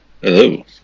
Hello